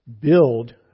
build